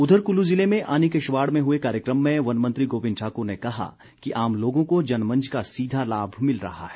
उधर कुल्लू ज़िले में आनी के शवाड़ में हुए कार्यक्रम में वन मंत्री गोविंद ठाकुर ने कहा कि आम लोगों को जनमंच का सीधा लाभ मिल रहा है